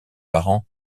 parents